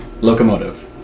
locomotive